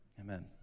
amen